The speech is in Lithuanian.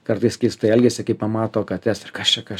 kartais keistai elgiasi kai pamato kates ir kas čia kas